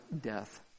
death